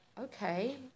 okay